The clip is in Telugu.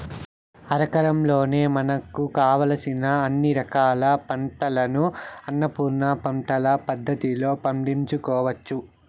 అరెకరంలోనే మనకు కావలసిన అన్ని రకాల పంటలను అన్నపూర్ణ పంటల పద్ధతిలో పండించుకోవచ్చు